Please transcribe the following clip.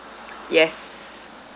yes